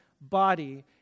body